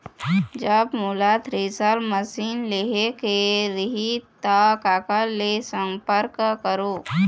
जब मोला thresher machine लेहेक रही ता काकर ले संपर्क करों?